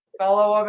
fellow